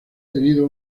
tenido